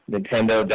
Nintendo